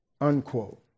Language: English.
Unquote